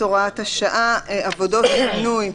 "עבודות בינוי"